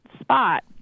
spot